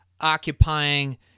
occupying